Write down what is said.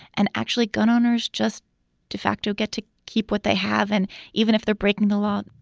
and actually gun owners just de facto get to keep what they have. and even if they're breaking the law,